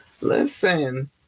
Listen